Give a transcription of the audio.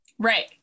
Right